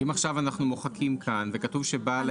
אם עכשיו אנחנו מוחקים כאן וכתוב שבעל